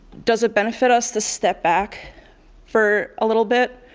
does it benefit us to step back for a little bit,